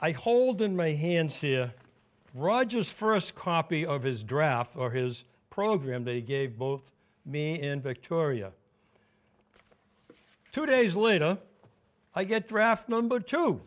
i hold in my hand rogers first copy of his draft for his program they gave both me and victoria two days later i get draft number two